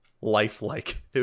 lifelike